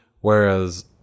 Whereas